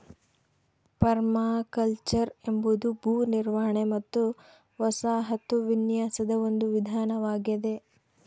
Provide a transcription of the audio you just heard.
permaculture ಎಂಬುದು ಭೂ ನಿರ್ವಹಣೆ ಮತ್ತು ವಸಾಹತು ವಿನ್ಯಾಸದ ಒಂದು ವಿಧಾನವಾಗೆದ